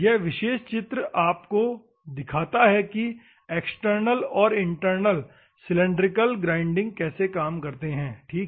यह विशेष चित्र आपको दिखाता है कि एक्सटर्नल और इंटरनल सिलिंड्रिकल ग्राइंडिंग कैसे काम करते है ठीक है